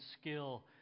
skill